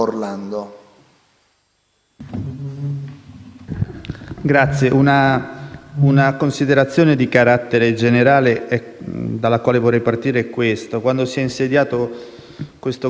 Presidente, una considerazione di carattere generale dalla quale vorrei partire è questa. Quando si è insediato questo Governo il tasso di sovraffollamento